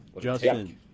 Justin